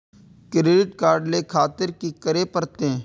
Credit card ले खातिर की करें परतें?